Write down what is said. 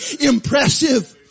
impressive